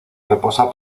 reposa